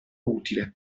utile